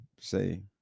Say